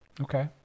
Okay